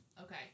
Okay